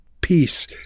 peace